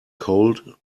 cold